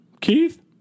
Keith